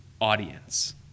audience